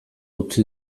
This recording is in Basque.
utzi